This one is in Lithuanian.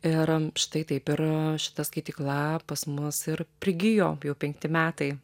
ir štai taip ir šita skaitykla pas mus ir prigijo jau penkti metai